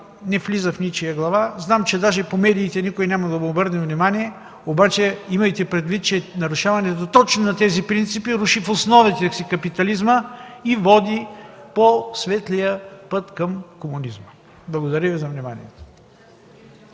не влиза в ничия глава, зная, че дори по медиите никой няма да му обърне внимание, но имайте предвид, че нарушаването точно на тези принципи руши в основите си капитализма и води по светлия път към комунизма. Благодаря Ви за вниманието.